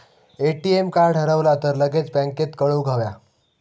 ATM card हरवला तर लगेच बँकेत कळवुक हव्या